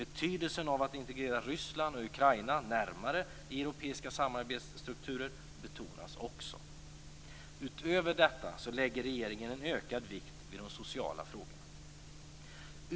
Betydelsen av att integrera Ryssland och Ukraina närmare i europeiska samarbetsstrukturer betonas också. Utöver detta lägger regeringen en ökad vikt vid de sociala frågorna.